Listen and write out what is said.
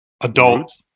adult